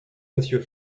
monsieur